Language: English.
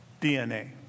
DNA